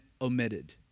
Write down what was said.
omitted